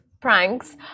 pranks